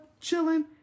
chilling